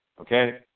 Okay